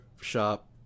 Shop